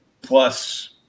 Plus